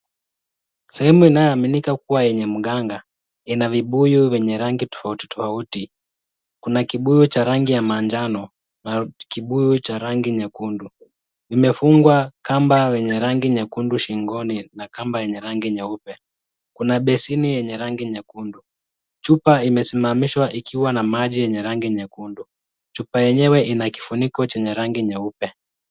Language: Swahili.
Sehemu inayoaminika kuwa yenye mganga, ina vibuyu yenye rangi tofauti tofauti, Kuna kibuyu cha rangi ya manjano na kibuyu cha rangi nyekundu. Imefungwa kamba wenye rangi nyekundu shingoni na kamba yenye rangi nyeupe. Kuna besini yenye rangi nyekundu, chupa imesimamishwa ikiwa maji yenye rangi nyekundu, chupa yenyewe ina kifunuiko chenye rangi nyeupe.